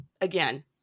again